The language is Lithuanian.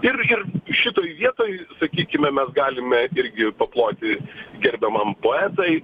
ir ir šitoj vietoj sakykime mes galime irgi paploti gerbiamam poetui